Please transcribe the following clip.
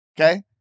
Okay